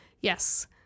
Yes